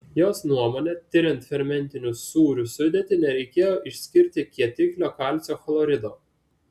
jos nuomone tiriant fermentinių sūrių sudėtį nereikėjo išskirti kietiklio kalcio chlorido